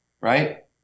right